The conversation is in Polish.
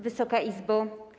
Wysoka Izbo!